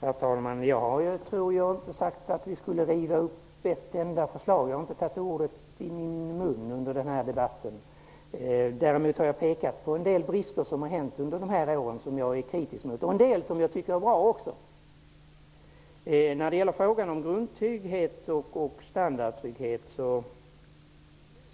Herr talman! Jag tror inte att jag har sagt att vi skall riva upp ett enda förslag. Jag har inte tagit de orden i min mun under den här debatten. Däremot har jag pekat på en del brister i den politik som har förts under de här åren, sådant som jag är kritisk mot, och också en del som jag tycker är bra. Våra uppfattningar om grundtrygghet och standardtrygghet